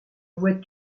vois